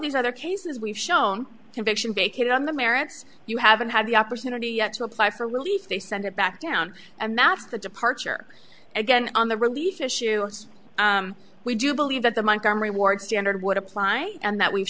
these other cases we've shown conviction bacon on the merits you haven't had the opportunity yet to apply for relief they send it back down and that's the departure again on the relief issue we do believe that the montgomery ward standard would apply and that we've